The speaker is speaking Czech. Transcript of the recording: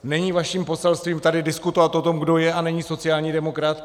Není vaším poselstvím tady diskutovat o tom, kdo je a není sociální demokrat!